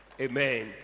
Amen